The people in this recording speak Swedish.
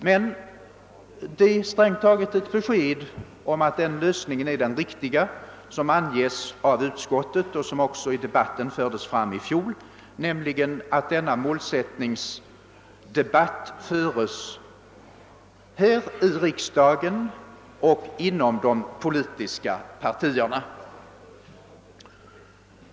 Men det tillgodoses bäst genom den lösning som rekommenderas av utskottet och som också förordades i fjol, nämligen att målsättningsdebatten skall föras här i riksdagen och inom de politiska partierna.